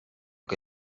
che